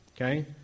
Okay